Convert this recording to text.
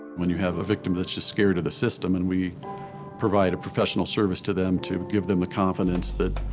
when you have a victim that's just scared of the system, and we provide a professional service to them to give them the confidence that,